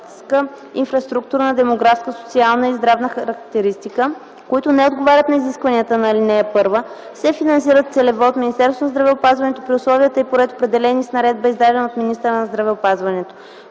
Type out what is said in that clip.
географска, инфраструктурна, демографска, социална и здравна характеристика, които не отговарят на изискванията на ал. 1, се финансират целево от Министерството на здравеопазването при условия и по ред, определени с наредба, издадена от министъра на здравеопазването.”